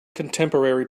contemporary